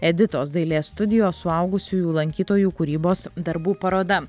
editos dailės studijos suaugusiųjų lankytojų kūrybos darbų paroda